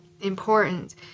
important